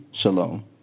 Shalom